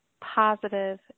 positive